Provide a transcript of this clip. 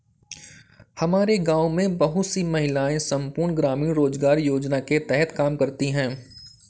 हमारे गांव में बहुत सी महिलाएं संपूर्ण ग्रामीण रोजगार योजना के तहत काम करती हैं